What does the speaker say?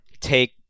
take